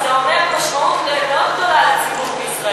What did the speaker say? זה אומר משמעות מאוד גדולה לציבור בישראל.